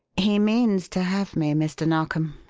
he means to have me, mr. narkom,